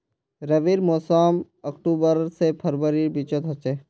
रविर मोसम अक्टूबर से फरवरीर बिचोत होचे